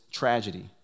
tragedy